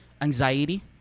anxiety